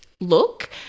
look